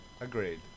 Agreed